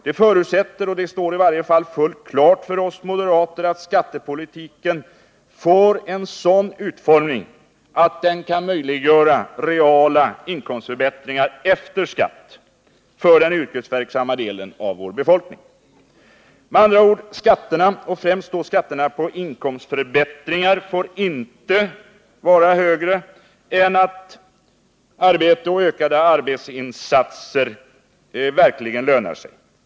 Det förutsätter — det står i varje fall fullt klart för oss moderater — att skattepolitiken får en sådan utformning, att den kan möjliggöra reala inkomstförbättringar efter skatt för den yrkesverksamma delen av vår befolkning. Med andra ord: Skatterna — främst skatterna på inkomstförbättringar — får inte bli högre än att arbete och ökade arbetsinsatser verkligen lönar sig.